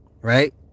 Right